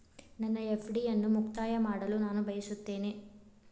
ನನ್ನ ಎಫ್.ಡಿ ಅನ್ನು ಮುಕ್ತಾಯ ಮಾಡಲು ನಾನು ಬಯಸುತ್ತೇನೆ